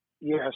Yes